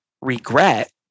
regret